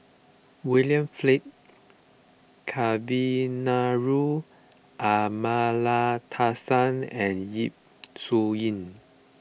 William Flint Kavignareru Amallathasan and Yap Su Yin